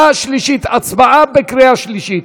הצבעה בקריאה שלישית.